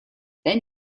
then